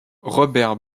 robert